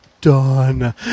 done